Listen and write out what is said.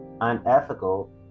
unethical